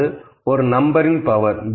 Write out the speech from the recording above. அதாவது ஒரு நம்பரின் பவர்